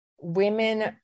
women